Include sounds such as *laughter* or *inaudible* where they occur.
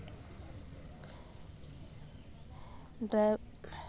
*unintelligible*